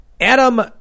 Adam